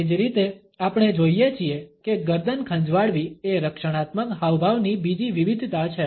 એ જ રીતે આપણે જોઇએ છીએ કે ગરદન ખંજવાળવી એ રક્ષણાત્મક હાવભાવની બીજી વિવિધતા છે